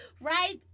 right